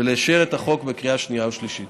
ולאשר את הצעת החוק בקריאה השנייה והשלישית.